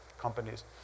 companies